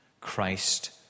Christ